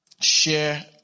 share